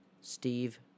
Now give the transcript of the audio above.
Steve